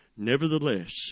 Nevertheless